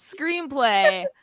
screenplay